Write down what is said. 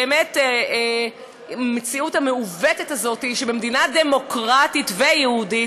המציאות המעוותת הזאת שבמדינה דמוקרטית ויהודית